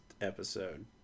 episode